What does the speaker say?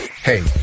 Hey